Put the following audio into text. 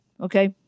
Okay